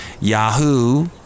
Yahoo